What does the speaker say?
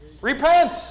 repent